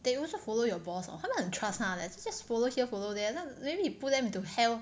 they also follow your boss or 他们很 trust ha like just follow here follow then maybe pull them to hell